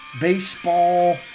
Baseball